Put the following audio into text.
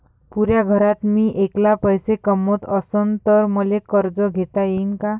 पुऱ्या घरात मी ऐकला पैसे कमवत असन तर मले कर्ज घेता येईन का?